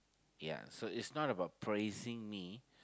ya so it's not about praising me